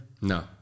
no